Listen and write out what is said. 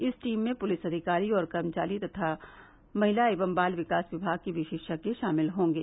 इस टीम में पुलिस अधिकारी और कर्मचारी तथा महिला एवं बाल विकास विभाग के विशेषज्ञ शामिल होंगे